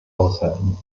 aushalten